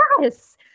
yes